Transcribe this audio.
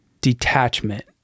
detachment